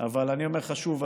אבל אני אומר לך שוב,